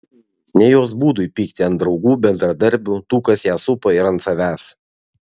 ne jos būdui pykti ant draugų bendradarbių tų kas ją supa ir ant savęs